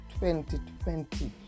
2020